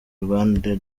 rwanda